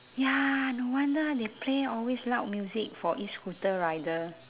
ya no wonder they play always loud music for e-scooter rider